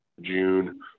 June